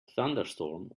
thunderstorm